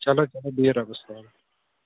چلو چلو بِہِو رۄبَس حوالہٕ